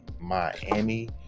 Miami